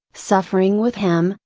suffering with him,